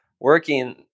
working